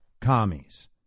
commies